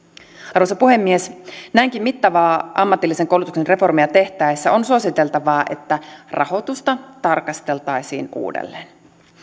arvoisa puhemies näinkin mittavaa ammatillisen koulutuksen reformia tehtäessä on suositeltavaa että rahoitusta tarkasteltaisiin uudelleen